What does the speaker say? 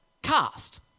cast